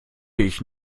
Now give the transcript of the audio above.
ich